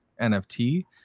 NFT